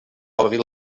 obrir